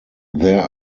there